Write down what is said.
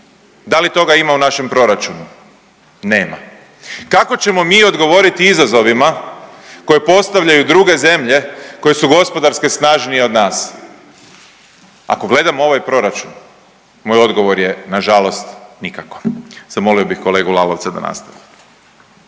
Da li toga ima u našem proračunu? Nema. Kako ćemo mi odgovoriti izazovima koje postavljaju druge zemlje koje su gospodarske snažnije od nas? Ako gledamo ovaj proračun, moj odgovor je nažalost nikako. Zamolio bih kolegu Lalovca da nastavi.